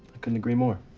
couldn't agree more.